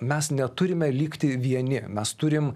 mes neturime likti vieni mes turim